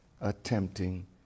attempting